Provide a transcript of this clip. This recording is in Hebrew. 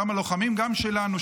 גם הלוחמים גם שלנו,